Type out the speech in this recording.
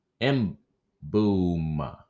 M-Boom